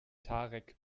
tarek